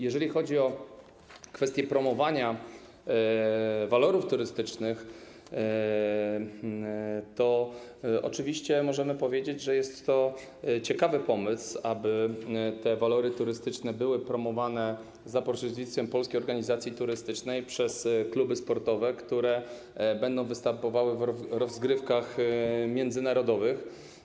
Jeżeli chodzi o kwestię promowania walorów turystycznych, to oczywiście możemy powiedzieć, że jest to ciekawy pomysł, aby te walory turystyczne były promowane za pośrednictwem Polskiej Organizacji Turystycznej przez kluby sportowe, które będą występowały w rozgrywkach międzynarodowych.